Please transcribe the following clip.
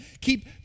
Keep